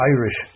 Irish